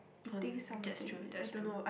that's true that's true